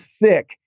thick